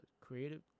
creative